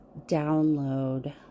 download